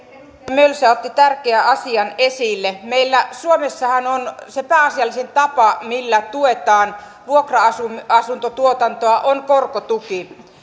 mölsä otti tärkeän asian esille meillä suomessahan se pääasiallisin tapa millä tuetaan vuokra asuntotuotantoa on korkotuki